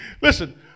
Listen